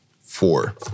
Four